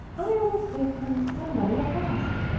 i almost think i'm somebody at last.